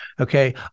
okay